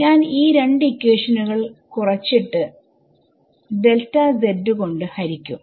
ഞാൻ ഈ രണ്ട് ഇക്വേഷനുകൾ കുറച്ചിട്ട് കൊണ്ട് ഹരിക്കും